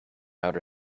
outer